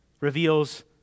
reveals